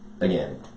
again